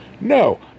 no